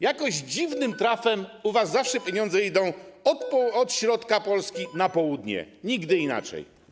Jakoś dziwnym trafem u was zawsze pieniądze idą od środka Polski na południe, nigdy inaczej.